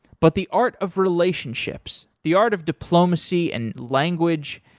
but the art of relationships, the art of diplomacy and language,